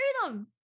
freedom